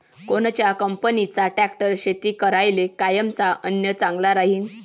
कोनच्या कंपनीचा ट्रॅक्टर शेती करायले कामाचे अन चांगला राहीनं?